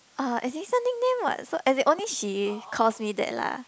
uh as in it's a nickname what so as in only she calls me that lah